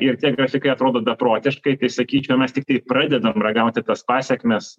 ir tie grafikai atrodo beprotiškai tai sakyčiau mes tiktai pradedam ragauti tas pasekmes